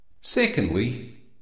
Secondly